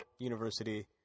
University